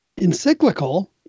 encyclical